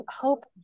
hope